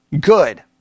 good